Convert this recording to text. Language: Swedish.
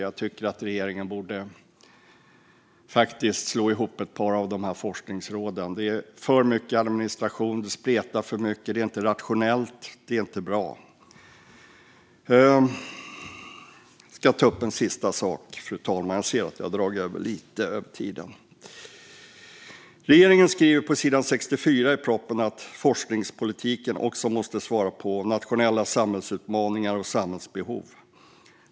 Jag tycker att regeringen borde slå ihop ett par av dem. Det är för mycket administration, och det spretar för mycket. Det är inte rationellt. Det är inte bra. Jag ska ta upp en sista sak, fru talman. Jag ser att jag har dragit över tiden lite. Regeringen skriver i propositionen att "forskningspolitiken ska svara mot . nationella samhällsutmaningar och samhällsbehov".